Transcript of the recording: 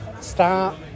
start